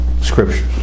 scriptures